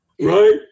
right